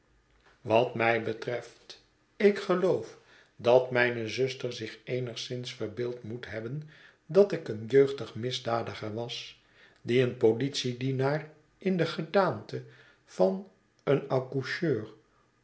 wat mij betreft ik geloof dat mijne zuster zich eenigszins verbeeld moethebben datik een jeugdig misdadiger was dien een politiedienaar in de gedaante van een accoucheur